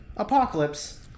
Apocalypse